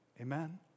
Amen